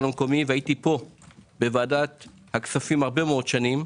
המקומי וביקרתי בוועדת הכספים של הכנסת